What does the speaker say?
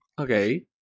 Okay